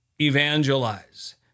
evangelize